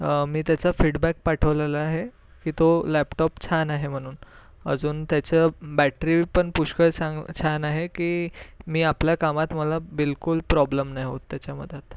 मी त्याचा फीडबॅक पाठवलेला आहे की तो लॅपटॉप छान आहे म्हणून अजून त्याचं बॅटरी पण पुष्कळ छान छान आहे की मी आपल्या कामात मला बिलकुल प्रॉब्लेम नाही होत त्याच्यामध्ये आता